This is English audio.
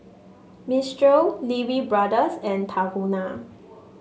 Mistral Lee Wee Brothers and Tahuna